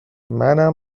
منم